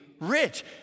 rich